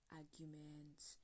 arguments